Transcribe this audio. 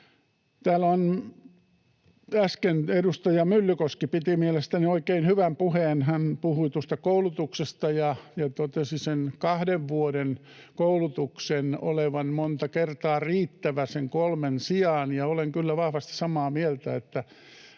äsken edustaja Myllykoski piti mielestäni oikein hyvän puheen. Hän puhui koulutuksesta ja totesi kahden vuoden koulutuksen olevan monta kertaa riittävä kolmen sijaan. Olen kyllä vahvasti samaa mieltä, että